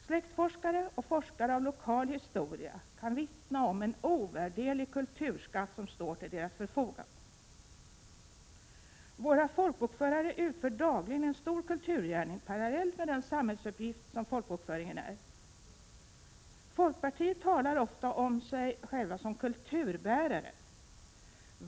Släktforskare och forskare i lokal historia kan vittna om den ovärderliga kulturskatt som står till deras förfogande. Våra folkbokförare utför dagligen en stor kulturgärning, parallellt med den samhällsuppgift som folkbokföringen utgör. Folkpartiet talar ofta om sig självt som kulturbärare.